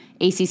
ACC